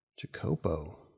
Jacopo